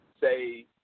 say